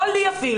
לא לי אפילו,